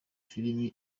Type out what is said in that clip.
filime